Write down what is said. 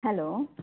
hello